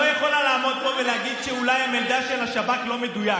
לא יכול להיות שאת, עם המשחק